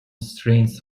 strains